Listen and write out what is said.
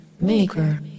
Maker